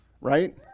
Right